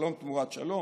שלום תמורת שלום,